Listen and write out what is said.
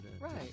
right